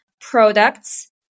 products